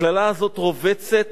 הקללה הזאת רובצת